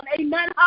amen